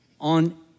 on